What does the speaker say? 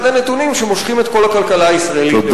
הנתונים שמושכים את כל הכלכלה הישראלית.